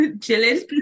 chilling